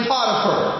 Potiphar